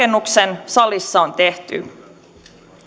tuolla naapurirakennuksen salissa on tehty